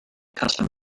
custom